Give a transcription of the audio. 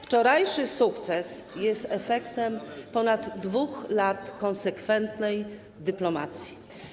Wczorajszy sukces jest efektem ponad 2 lat konsekwentnej dyplomacji.